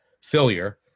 failure